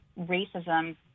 racism